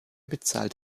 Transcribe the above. bezahlt